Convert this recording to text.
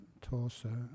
torso